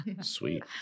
Sweet